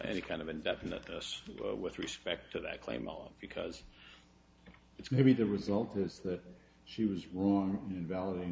any kind of indefinite us with respect to that claim all because it's maybe the result is that she was wrong inval